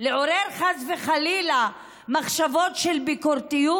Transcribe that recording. לעורר חס וחלילה מחשבות של ביקורתיות?